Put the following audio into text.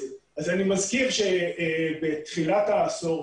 אז אני מזכיר שבתחילת העשור,